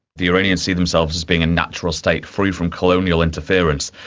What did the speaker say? the iranians see themselves as being a natural state, free from colonial interference,